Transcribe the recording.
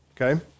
Okay